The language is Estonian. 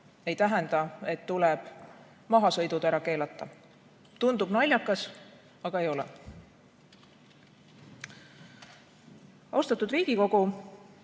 ei tähenda, et tuleb mahasõidud ära keelata. Tundub naljakas, aga ei ole. Austatud Riigikogu,